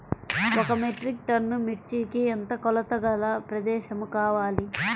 ఒక metric tonne మిర్చికి ఎంత కొలతగల ప్రదేశము కావాలీ?